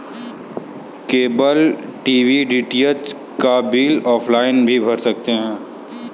cable TV DTH का bill offline भी भर सकते हैं